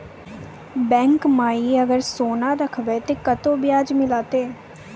Bank माई अगर सोना राखबै ते कतो ब्याज मिलाते?